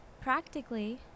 Practically